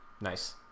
Nice